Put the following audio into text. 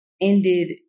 ended